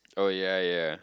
oh ya ya